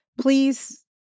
Please